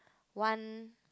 one